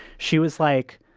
she was like!